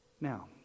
Now